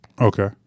Okay